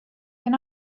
can